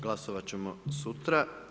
Glasovat ćemo sutra.